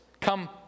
come